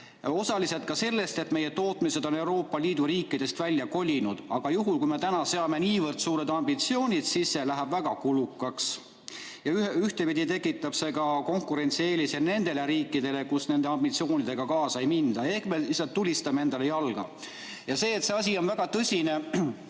Osaliselt ka selle tõttu, et meie tootmised on Euroopa Liidu riikidest välja kolinud. Aga kui me täna seame niivõrd suured ambitsioonid, siis see läheb väga kulukaks ja tekitab ka konkurentsieelise nendele riikidele, kus nende ambitsioonidega kaasa ei minda. Ehk me lihtsalt tulistame endale jalga. Sellele, et see asi on väga tõsine,